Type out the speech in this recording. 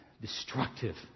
destructive